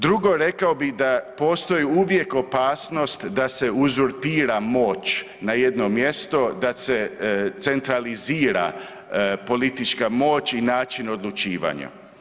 Drugo rekao bih da postoji uvijek opasnost da se uzurpira moć na jedno mjesto, da se centralizira politička moć i način odlučivanja.